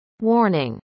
Warning